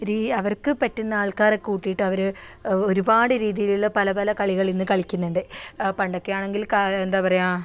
രീ അവർക്ക് പറ്റുന്ന ആൾക്കാരെ കൂട്ടീട്ട് അവർ ഒരുപാട് രീതിയിലുള്ള പല പല കളികൾ ഇന്ന് കളിക്കുന്നുണ്ട് പണ്ടൊക്കെയാണെങ്കിൽ ക എന്താ പറയുക